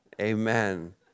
Amen